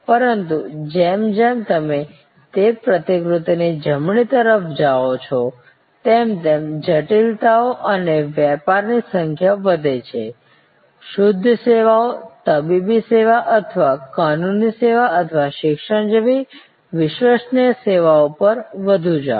પરંતુ જેમ જેમ તમે તે પ્રતિકૃતિ ની જમણી તરફ જાઓ છો તેમ તેમ જટિલતાઓ અને વેપાર ની સંખ્યા વધે છે શુદ્ધ સેવાઓ તબીબી સારવાર અથવા કાનૂની સેવા અથવા શિક્ષણ જેવી વિશ્વસનીય સેવાઓ પર વધુ જાઓ